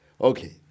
Okay